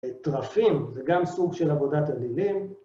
תרפים זה גם סוג של עבודת אלילים.